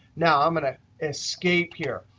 now, i'm going to escape here,